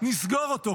נסגור אותו.